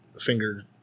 finger